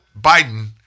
Biden